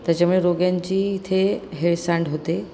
त्याच्यामुळे रोग्यांची इथे हेळसांड होते